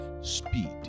speed